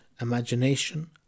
imagination